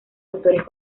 doctores